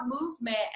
movement